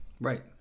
right